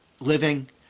living